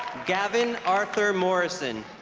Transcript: gavin arthur morrison